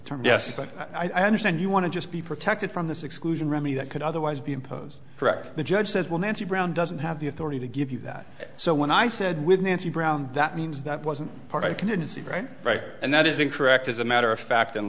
term yes but i understand you want to just be protected from this exclusion remedy that could otherwise be imposed correct the judge says well nancy brown doesn't have the authority to give you that so when i said with nancy brown that means that wasn't part i can see right right and that is incorrect as a matter of fact